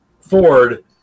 ford